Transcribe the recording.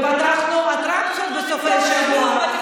ופתחנו אטרקציות בסופי שבוע,